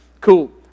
Cool